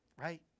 Right